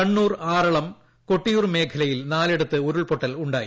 കണ്ണൂർ ആറളം കൊട്ടിയൂർ മേഖലയിൽ നാലിടത്ത് ഉരുൾപൊട്ടലുയണ്ടായി